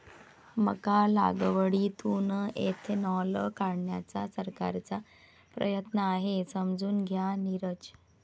मका लागवडीतून इथेनॉल काढण्याचा सरकारचा प्रयत्न आहे, समजून घ्या नीरज